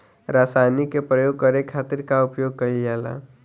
रसायनिक के प्रयोग करे खातिर का उपयोग कईल जाला?